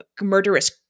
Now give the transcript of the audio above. murderous